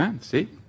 See